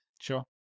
Sure